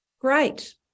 great